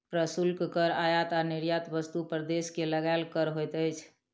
प्रशुल्क कर आयात आ निर्यात वस्तु पर देश के लगायल कर होइत अछि